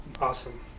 Awesome